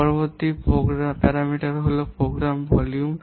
পরবর্তী প্যারামিটার হল programme volume